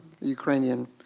Ukrainian